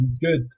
good